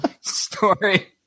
story